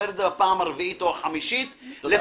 את זה בפעם הרביעית או החמישית לפחות,